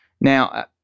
Now